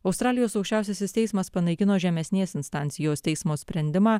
australijos aukščiausiasis teismas panaikino žemesnės instancijos teismo sprendimą